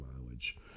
mileage